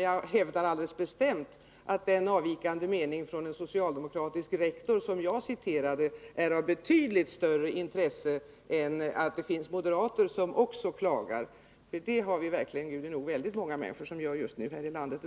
Jag hävdar emellertid alldeles bestämt att den avvikande mening från en socialdemokratisk rektor som jag citerade är av betydligt större intresse än att det finns moderater som också klagar, för vi har verkligen väldigt många sådana som klagar just nu.